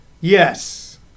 Yes